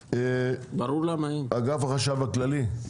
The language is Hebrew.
אגף החשב הכללי.